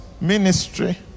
ministry